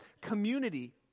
community